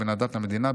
בין הדת למדינה,